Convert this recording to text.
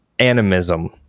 animism